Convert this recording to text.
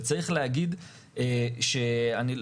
השורה